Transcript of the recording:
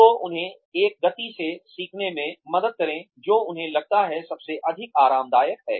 तो उन्हें एक गति से सीखने में मदद करें जो उन्हें लगता है सबसे अधिक आरामदायक है